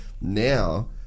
Now